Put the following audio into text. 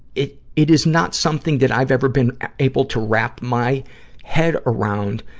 it, it is not something that i've ever been able to wrap my head around.